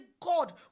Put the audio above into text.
God